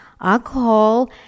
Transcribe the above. alcohol